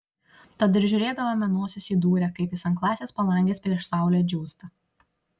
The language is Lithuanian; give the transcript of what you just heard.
tad ir žiūrėdavome nosis įdūrę kaip jis ant klasės palangės prieš saulę džiūsta